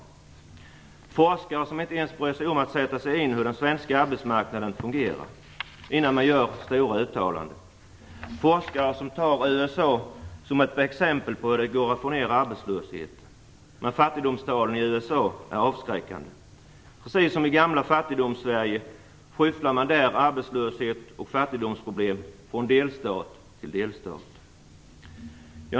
Det är forskare som inte ens bryr sig om att sätta sig in i hur den svenska arbetsmarknaden fungerar innan de gör uttalanden i stor skala. Det är forskare som tar förhållandena i USA som exempel på hur det går till att få ner arbetslösheten. Men fattigdomstalen i USA är avskräckande. Precis som i det gamla Fattigdomssverige skyfflar man där arbetslöshet och fattigdomsproblem från delstat till delstat.